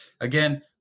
again